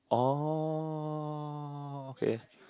orh okay